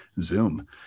Zoom